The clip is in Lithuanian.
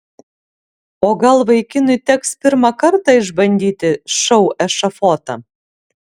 o gal vaikinui teks pirmą kartą išbandyti šou ešafotą